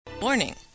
Morning